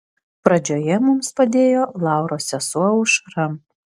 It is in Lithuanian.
pradžioje mums padėjo lauros sesuo aušra